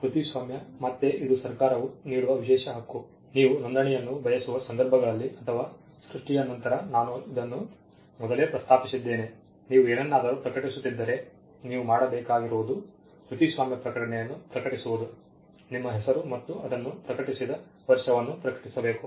ಕೃತಿಸ್ವಾಮ್ಯ ಮತ್ತೆ ಇದು ಸರ್ಕಾರವು ನೀಡುವ ವಿಶೇಷ ಹಕ್ಕು ನೀವು ನೋಂದಣಿಯನ್ನು ಬಯಸುವ ಸಂದರ್ಭಗಳಲ್ಲಿ ಅಥವಾ ಸೃಷ್ಟಿಯ ನಂತರ ನಾನು ಇದನ್ನು ಮೊದಲೇ ಪ್ರಸ್ತಾಪಿಸಿದ್ದೇನೆ ನೀವು ಏನನ್ನಾದರೂ ಪ್ರಕಟಿಸುತ್ತಿದ್ದರೆ ನೀವು ಮಾಡಬೇಕಾಗಿರುವುದು ಕೃತಿಸ್ವಾಮ್ಯ ಪ್ರಕಟಣೆಯನ್ನು ಪ್ರಕಟಿಸುವುದು ನಿಮ್ಮ ಹೆಸರು ಮತ್ತು ಅದನ್ನು ಪ್ರಕಟಿಸಿದ ವರ್ಷವನ್ನು ಪ್ರಕಟಿಸಬೇಕು